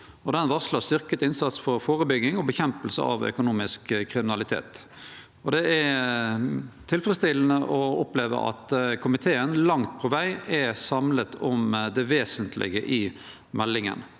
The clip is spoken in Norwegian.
varslar styrkt innsats for førebygging og kamp mot økonomisk kriminalitet. Det er tilfredsstillande å oppleve at komiteen langt på veg er samla om det vesentlege i meldinga,